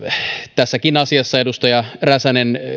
tässäkin asiassa edustaja räsänen